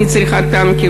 אני צריכה טנקים,